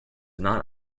not